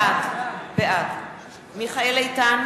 בעד מיכאל איתן,